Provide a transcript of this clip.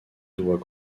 doit